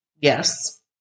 Yes